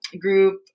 group